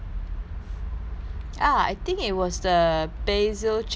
ah I think it was the basil chicken with fried egg